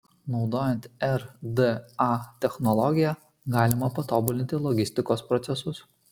naudojant rda technologiją galima patobulinti logistikos procesus